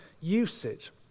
usage